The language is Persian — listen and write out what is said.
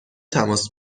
تماس